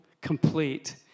Complete